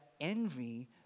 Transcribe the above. envy